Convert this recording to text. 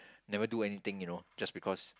never do anything you know just because